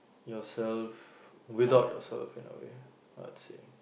yourself without yourself in a way I would say